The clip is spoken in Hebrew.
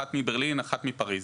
אחת מברלין ואחת מפריז.